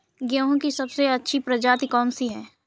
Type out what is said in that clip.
गेहूँ की सबसे अच्छी प्रजाति कौन सी है?